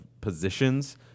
positions